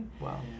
Wow